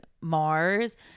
mars